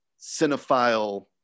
cinephile